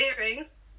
earrings